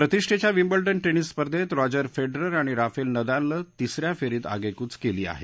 प्रतिष्ठेच्या Wimbledon tennis स्पर्धेत Roger Federer आणि राफेल नदालन तिसऱ्या फेरीत आगेकूच केली आहे